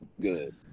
good